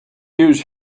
use